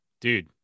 dude